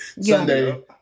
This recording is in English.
Sunday